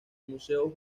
museo